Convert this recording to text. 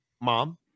Mom